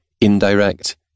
indirect